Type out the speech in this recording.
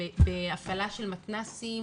על החינוך והרווחה תוסיף חינוך משלים.